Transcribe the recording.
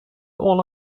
all